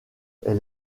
elle